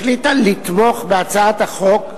החליטה לתמוך בהצעת החוק,